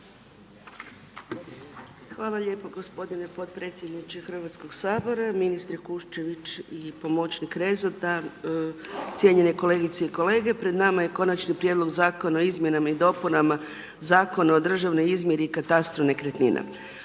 Hvala lijepo gospodine potpredsjedniče Hrvatskog sabora, ministar Kuščević i pomoćnik Rezo, cijenjene kolegice i kolege. Pred nama je konačni prijedlog Zakona o izmjenama i dopunama Zakona o državnoj izmjeri i katastru nekretnina.